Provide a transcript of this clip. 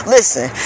Listen